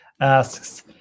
asks